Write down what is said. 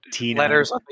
letters